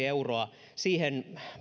euroa siihen